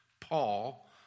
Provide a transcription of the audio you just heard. Paul